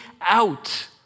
out